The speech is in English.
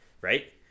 Right